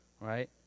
Right